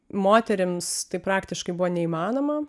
moterims tai praktiškai buvo neįmanoma